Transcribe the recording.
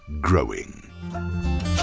growing